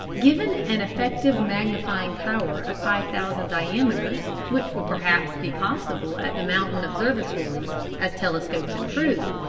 given an effective magnifying power of five thousand diameters, which will perhaps be possible at the mountain observatories as telescopes improve,